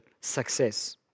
success